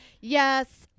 Yes